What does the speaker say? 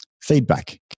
feedback